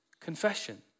confession